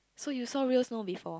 so you saw real snow before